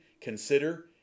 consider